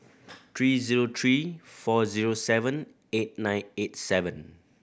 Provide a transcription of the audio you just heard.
three zero three four zero seven eight nine eight seven